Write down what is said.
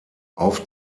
auf